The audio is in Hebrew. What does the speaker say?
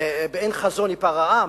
באין חזון ייפרע עם,